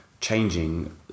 changing